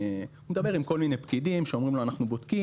הוא מדבר עם כל מיני פקידים שאומרים לו שהם בודקים,